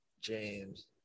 James